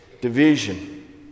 division